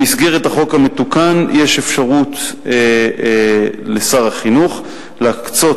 במסגרת החוק המתוקן יש אפשרות לשר החינוך להקצות